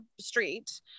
street